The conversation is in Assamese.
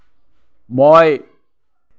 মই